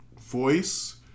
voice